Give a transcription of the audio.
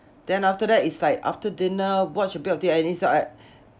then after that is like after dinner watch a bit T_V and it's like